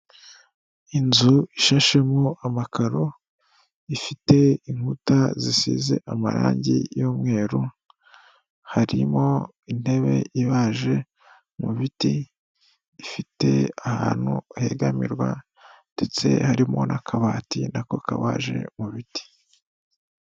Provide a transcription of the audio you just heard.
Inzu ishashemo amakaro, ifite inkuta zisize amarangi y'umweru, harimo intebe ibabaje mu biti ifite ahantu hegamirwa ndetse harimo n'akabati nako kabaje mu biti.